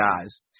guys